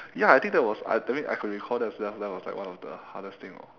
ya I think that was I I mean I could recall that was that was like one of the hardest thing orh